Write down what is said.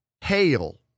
hail